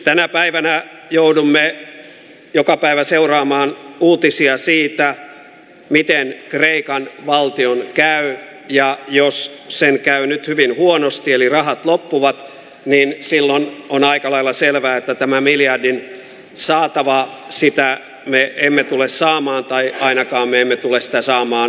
tänä päivänä joudumme joka päivä seuraamaan uutisia siitä miten kreikan valtion käy ja jos sen käy nyt hyvin huonosti eli rahat loppuvat niin silloin on aika lailla selvää että tätä miljardin saatavaa me emme tule saamaan tai ainakaan me emme tule sitä saamaan vuosikausiin